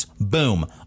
Boom